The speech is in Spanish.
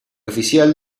oficial